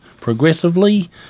progressively